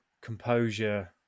composure